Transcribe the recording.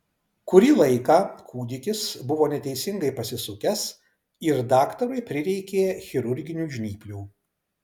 kurį laiką kūdikis buvo neteisingai pasisukęs ir daktarui prireikė chirurginių žnyplių